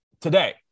today